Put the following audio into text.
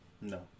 No